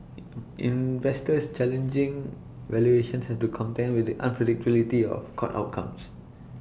investors challenging valuations have to contend with the unpredictability of court outcomes